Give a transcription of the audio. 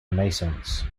renaissance